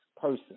person